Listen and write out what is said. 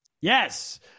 Yes